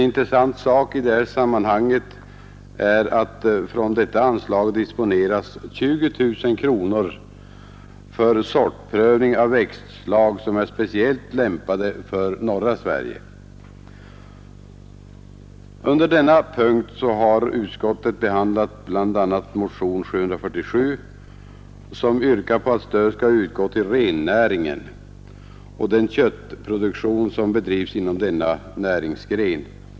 Intressant i detta sammanhang är att det från detta anslag disponeras 20 000 kronor för sortprövning av växtslag som är speciellt lämpade för norra Sverige. Under denna punkt har utskottet behandlat bl.a. motionen 747 som yrkar på att stöd skall utgå till rennäringen och den köttproduktion som bedrivs inom denna näringsgren.